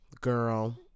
Girl